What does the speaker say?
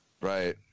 Right